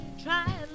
Try